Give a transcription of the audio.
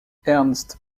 ernst